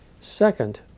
Second